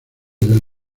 del